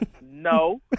No